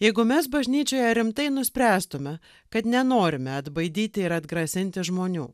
jeigu mes bažnyčioje rimtai nuspręstume kad nenorime atbaidyti ir atgrasinti žmonių